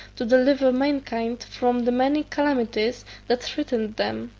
to deliver mankind from the many calamities that threaten them.